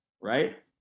right